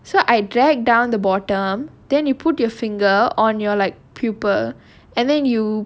so I drag down the bottom then you put your finger on your like pupil and then you